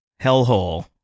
Hellhole